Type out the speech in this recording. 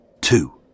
two